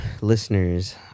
listeners